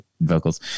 vocals